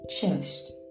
chest